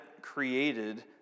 created